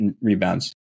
rebounds